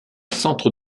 centre